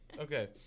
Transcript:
Okay